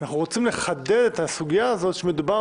אנחנו רוצים לחדד את הסוגיה שמדובר